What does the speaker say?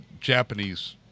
Japanese